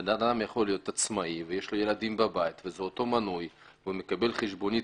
בן אדם יכול להיות עצמאי ולקבל חשבונית